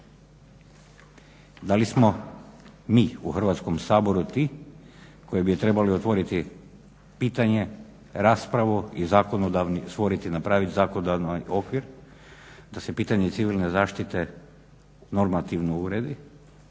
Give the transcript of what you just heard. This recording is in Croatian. Da li smo mi u Hrvatskom saboru ti koji bi trebali otvoriti pitanje, raspravu i stvoriti i napraviti zakonodavni okvir da se pitanje civilne zašite normativno uredi,